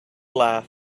laugh